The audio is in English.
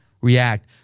react